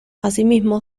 asimismo